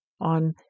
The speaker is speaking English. on